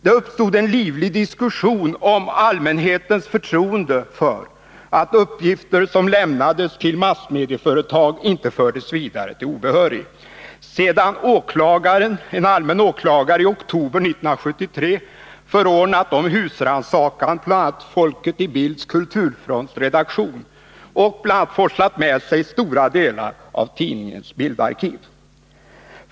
Det uppstod en livlig diskussion om allmänhetens förtroende för att uppgifter som lämnades till massmedieföretag inte fördes vidare till obehörig, sedan en allmän åklagare i oktober 1973 hade förordnat om husrannsakan på Folket i Bild kulturfronts redaktion och forslat med sig bl.a. stora delar av tidningens bildarkiv.